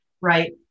Right